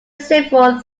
several